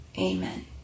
Amen